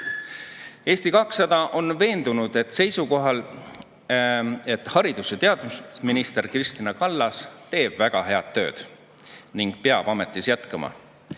200 on veendunult seisukohal, et haridus- ja teadusminister Kristina Kallas teeb väga head tööd ning peab ametis jätkama.